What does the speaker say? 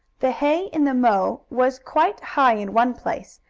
the hay in the mow was quite high in one place,